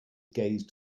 gaze